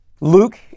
Luke